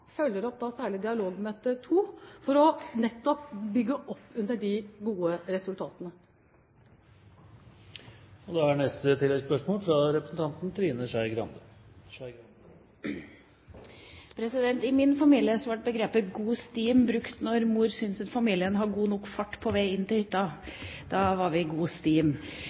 følger opp særlig dialogmøte 2, for nettopp å kunne bygge opp under de gode resultatene. Trine Skei Grande – til oppfølgingsspørsmål. I min familie var begrepet «god stim» brukt når mor syntes at familien hadde god nok fart på vei inn til hytta, da var vi i «god stim».